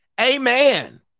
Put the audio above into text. Amen